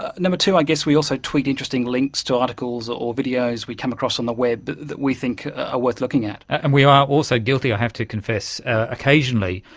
ah number two, i guess we also tweet interesting links to articles or videos we come across on the web that we think are worth looking at. and we are also guilty, i have to confess, occasionally,